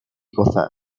gozar